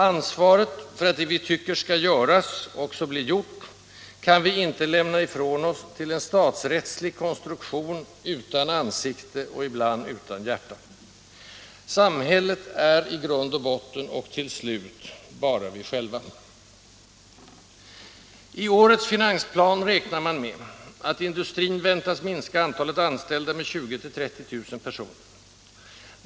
Ansvaret för att det vi tycker skall göras också blir gjort kan vi inte lämna ifrån oss till en statsrättslig konstruktion utan ansikte och ibland utan hjärta. ”Samhället” är i grund och botten, och till slut, bara vi själva. I årets finansplan räknar man med att industrin minskar antalet anställda med 20 000-30 000 personer.